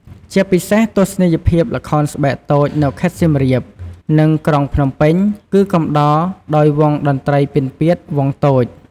ជាពិសេស ទស្សនីយភាពល្ខោនស្បែកតូចនៅខេត្តសៀមរាប និងក្រុងភ្នំពេញ គឺកំដរដោយវង់តន្ត្រីពិណពាទ្យវង់តូច ។